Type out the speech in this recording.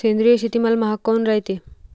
सेंद्रिय शेतीमाल महाग काऊन रायते?